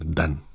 done